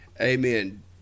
Amen